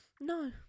No